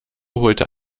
holte